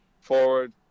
forward